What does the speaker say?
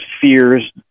fears